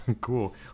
cool